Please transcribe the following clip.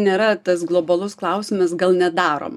nėra tas globalus klausimas gal nedarom